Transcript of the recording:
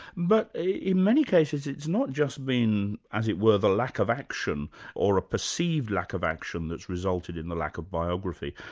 but many cases, it has not just been, as it were, the lack of action or a perceived lack of action that's resulted in the lack of biography.